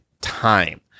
time